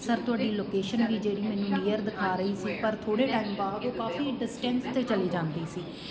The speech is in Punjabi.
ਸਰ ਤੁਹਾਡੀ ਲੋਕੇਸ਼ਨ ਵੀ ਜਿਹੜੀ ਮੈਨੂੰ ਨੀਅਰ ਦਿਖਾ ਰਹੀ ਸੀ ਪਰ ਥੋੜ੍ਹੇ ਟਾਈਮ ਬਾਅਦ ਉਹ ਕਾਫੀ ਡਿਸਟੈਂਸ 'ਤੇ ਚਲੇ ਜਾਂਦੀ ਸੀ